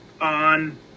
on